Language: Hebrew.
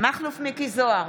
מכלוף מיקי זוהר,